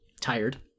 tired